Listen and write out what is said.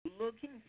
looking